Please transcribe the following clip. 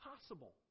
possible